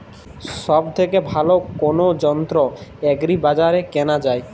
সব থেকে ভালো কোনো যন্ত্র এগ্রি বাজারে কেনা যায়?